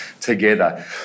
together